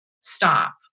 stop